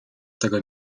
tego